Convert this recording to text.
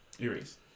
erase